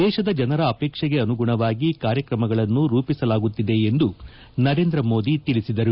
ದೇಶದ ಜನರ ಅಪೇಕ್ಷೆಗೆ ಅನುಗುಣವಾಗಿ ಕಾರ್ಯಕ್ರಮಗಳನ್ನು ರೂಪಿಸಲಾಗುತ್ತಿದೆ ಎಂದು ನರೇಂದ್ರ ಮೋದಿ ತಿಳಿಸಿದರು